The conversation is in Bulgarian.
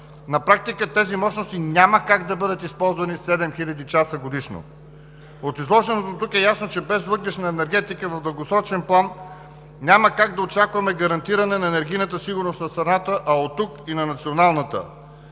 На практика тези мощности няма как да бъдат използвани седем хиляди часа годишно. От изложеното дотук е ясно, че без въглищна енергетика в дългосрочен план няма как да очакваме гарантиране на енергийната сигурност на страната, а оттук и на националната.